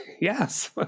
Yes